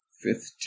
fifth